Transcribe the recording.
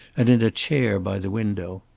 and in a chair by the window.